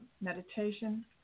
meditation